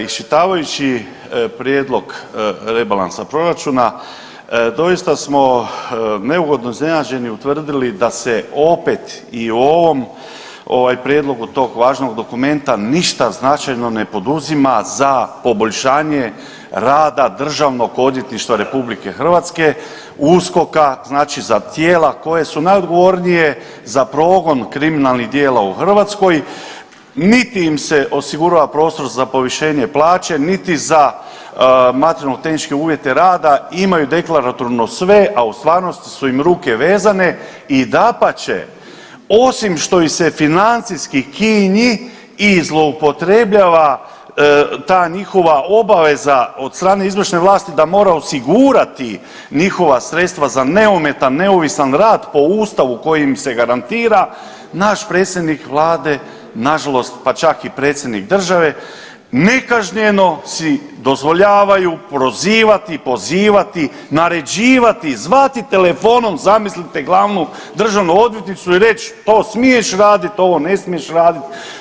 Iščitavajući prijedlog rebalansa proračuna doista smo neugodno iznenađeni i utvrdili da se opet i o ovom prijedlogu tog važnog dokumenta ništa značajno ne poduzima za poboljšanja rada DORH, USKOK-a za tijela koja su najodgovornije za progon kriminalnih djela u Hrvatskoj niti im se osigurava prostor za povišenje plaće, niti za materijalno-tehničke uvjete rada imaju deklatorno sve, a u stvarnosti su im ruke vezane i dapače osim što ih se financijski kinji i zloupotrebljava ta njihova obaveza od strane izvršene vlasti da mora osigurati njihova sredstva za neometan, neovisan rad po ustavu koji im se garantira, naš predsjednik vlade, nažalost pa čak i predsjednik države nekažnjeno si dozvoljavaju prozivati i pozivati, naređivati, zvati telefonom zamislite glavnu državnu odvjetnicu to smiješ radit, ovo ne smiješ radit.